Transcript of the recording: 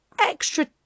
extra